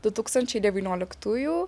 du tūkstančiai devynioliktųjų